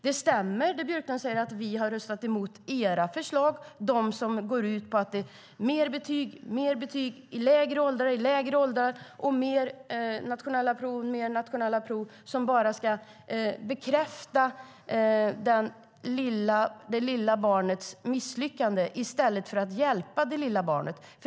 Det stämmer som Björklund säger att vi har röstat emot de borgerliga förslagen - de förslag som går ut på mer betyg i lägre och lägre åldrar och mer nationella prov som bara ska bekräfta det lilla barnets misslyckande i stället för att hjälpa det lilla barnet.